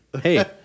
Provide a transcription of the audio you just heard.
Hey